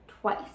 twice